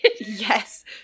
Yes